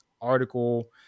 article